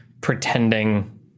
pretending